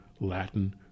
Latin